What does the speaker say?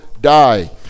die